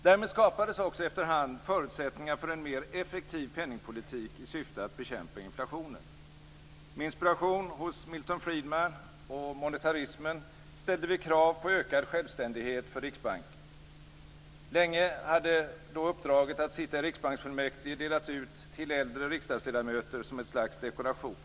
Därmed skapades också efter hand förutsättningar för en mer effektiv penningpolitik i syfte att bekämpa inflationen. Med inspiration hos Milton Friedman och monetarismen ställde vi krav på ökad självständighet för Riksbanken. Länge hade då uppdraget att sitta i riksbanksfullmäktige delats ut till äldre riksdagsledamöter som ett slags dekoration.